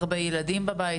הרבה ילדים בבית,